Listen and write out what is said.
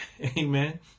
amen